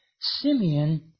Simeon